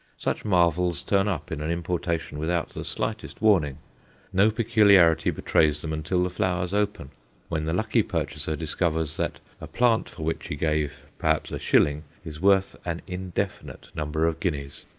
such marvels turn up in an importation without the slightest warning no peculiarity betrays them until the flowers open when the lucky purchaser discovers that a plant for which he gave perhaps a shilling is worth an indefinite number of guineas.